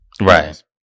right